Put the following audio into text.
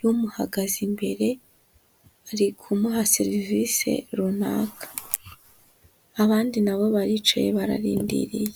y'umuhagaze imbere, ari kumuha serivisi runaka. Abandi na bo baricaye, bararindiriye.